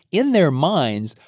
in their minds,